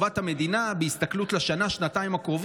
שיהיה דיון שמבוסס על טובת המדינה בהסתכלות לשנה-שנתיים הקרובות.